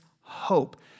hope